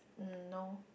um no